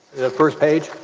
the first page